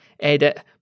edit